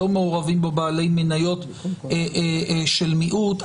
לא מעורבים בו בעלי מניות של מיעוט.